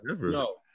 no